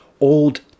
Old